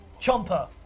Chomper